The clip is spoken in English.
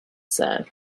sir